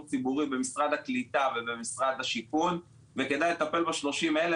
ציבורי במשרד הקליטה במשרד השיכון וכדאי לטפל ב-30,000